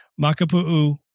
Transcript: Makapu'u